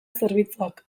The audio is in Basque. zerbitzuak